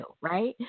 Right